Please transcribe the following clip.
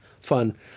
fun